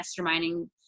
masterminding